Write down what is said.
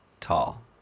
tall